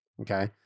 Okay